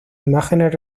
imágenes